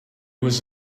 was